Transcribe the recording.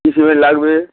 কি সিমেন্ট লাগবে